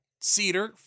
cedar